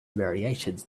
variations